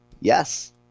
Yes